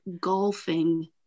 golfing